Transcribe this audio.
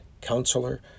counselor